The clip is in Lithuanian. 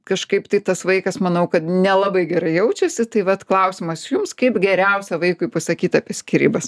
kažkaip tai tas vaikas manau kad nelabai gerai jaučiasi tai vat klausimas jums kaip geriausia vaikui pasakyt apie skyrybas